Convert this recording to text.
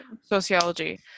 sociology